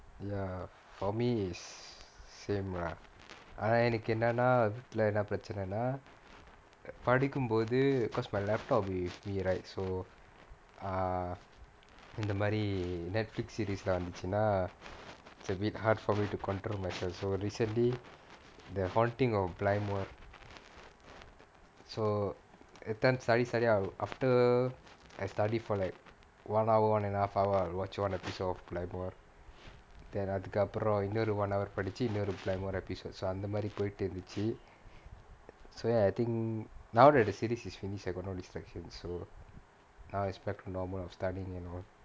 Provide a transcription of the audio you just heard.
ya for me is same lah ஆனா எனக்கு என்னன்னா வீட்ல என்ன பிரச்சனனா படிக்கும்போது:aanaa enakku ennannaa veetla enna prachananaa padikkumpothu because my laptop with me right so uh இந்த மாரி:intha maari Netflix series எல்லாம் வந்துச்சுனா:ellaam vanthuchchunaa it's a bit hard for me to control myself so recently the haunting on blind work so every time study study after I study for like one hour one and a half hour I will watch like one episode of black board then அதுக்கு அப்புறம் இன்னொரு:athukku appuram innoru one hour படிச்சு இன்னொரு:padichchu innoru black board episode so அந்தமாரி போயிட்டு இருந்துச்சு:anthamaari poyittu irunthuchchu so ya I think now that the series is finished I got no distraction so now is back to normal of studying and all